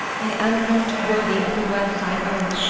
i am not worthy of the wealth i owe,